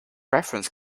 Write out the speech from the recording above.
reference